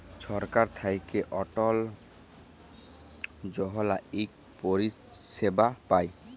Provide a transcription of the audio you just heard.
ছরকার থ্যাইকে অটল যজলা ইক পরিছেবা পায়